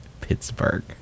Pittsburgh